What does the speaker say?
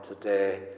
today